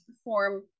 perform